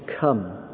come